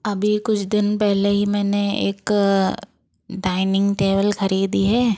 अबी कुछ दिन पहले ही मैंने एक दाइनिंग टेबल खरीदी है